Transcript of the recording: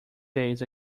days